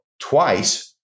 twice